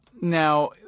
Now